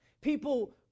People